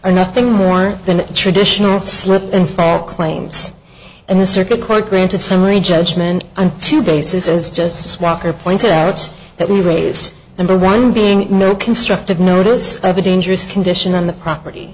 are nothing more than traditional slip and fall claims and the circuit court granted summary judgment on two bases as just walker pointed out that we raised number one being constructive notice of a dangerous condition on the property